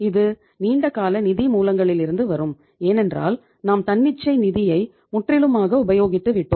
இது நீண்டகால நிதி மூலங்களிலிருந்து வரும் ஏனென்றால் நாம் தன்னிச்சை நிதியை முற்றிலுமாக உபயோகித்து விட்டோம்